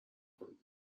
کنین